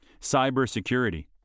Cybersecurity